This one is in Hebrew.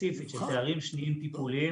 ספציפית של תארים שניים טיפוליים.